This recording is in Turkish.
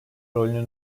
rolünü